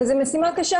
וזו משימה קשה,